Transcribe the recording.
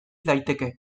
daiteke